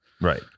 right